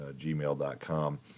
gmail.com